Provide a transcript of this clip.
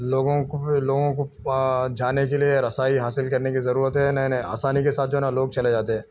لوگوں کو لوگوں کو جانے کے لیے رسائی حاصل کرنے کی ضرورت ہے نہیں نہیں آسانی کے ساتھ جو ہے نا لوگ چلے جاتے ہیں